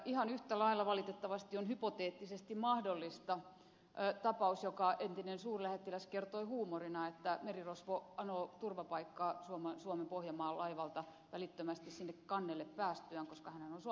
ihan yhtä lailla valitettavasti on hypoteettisesti mahdollista tapaus jonka entinen suurlähettiläs kertoi huumorina että merirosvo anoo turvapaikkaa suomen pohjanmaa laivalta välittömästi sinne kannelle päästyään koska hänhän on suomen maaperällä silloin